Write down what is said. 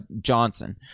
Johnson